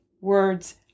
words